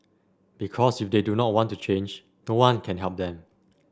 because if they do not want to change no one can help them